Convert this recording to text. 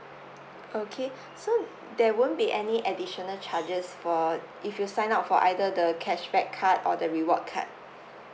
okay so there won't be any additional charges for if you sign up for either the cashback card or the reward card